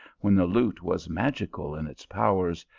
when the lute was magical in its powers,